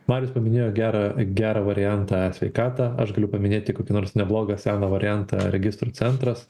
marius paminėjo gerą gerą variantą e sveikatą aš galiu paminėti kokį nors neblogą seną variantą registrų centras